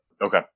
Okay